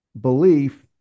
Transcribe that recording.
belief